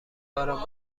آرام